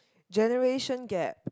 generation gap